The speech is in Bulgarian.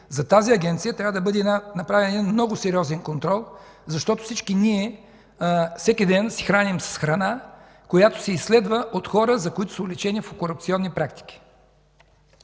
за тази Агенция трябва да бъде направен един много сериозен контрол, защото всички ние всеки ден се храним с храна, която се изследва от хора, които са уличени в корупционни практики.